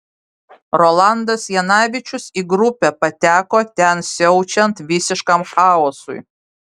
rolandas janavičius į grupę pateko ten siaučiant visiškam chaosui